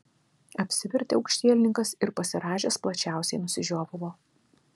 apsivertė aukštielninkas ir pasirąžęs plačiausiai nusižiovavo